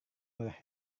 murah